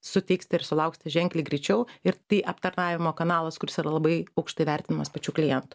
suteiksite ir sulauksite ženkliai greičiau ir tai aptarnavimo kanalas kuris yra labai aukštai vertinamas pačių klientų